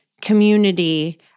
community